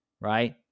Right